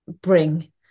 bring